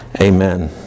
Amen